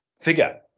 figure